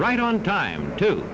right on time to